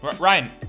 Ryan